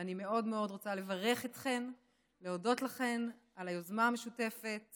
ואני רוצה מאוד לברך אתכן ולהודות לכן על היוזמה המשותפת